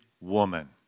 woman